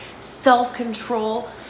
self-control